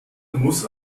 muss